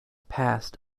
past